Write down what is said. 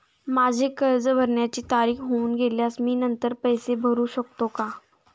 माझे कर्ज भरण्याची तारीख होऊन गेल्यास मी नंतर पैसे भरू शकतो का?